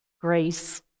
Grace